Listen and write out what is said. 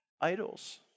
idols